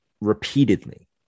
repeatedly